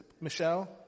Michelle